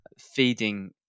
feeding